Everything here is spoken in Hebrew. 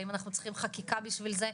האם אנחנו צריכים חקיקה בשביל זה.